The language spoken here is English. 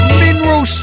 mineral